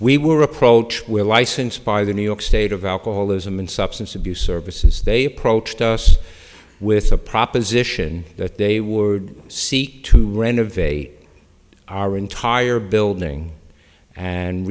we were approach we're licensed by the new york state of alcoholism and substance abuse services they approached us with a proposition that they were seek to renovate our entire building and